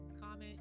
comment